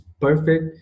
perfect